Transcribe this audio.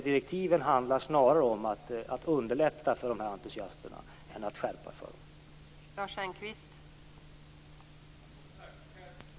Direktiven handlar alltså snarare om att underlätta för de här entusiasterna än om att skärpa för dem.